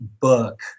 book